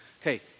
Okay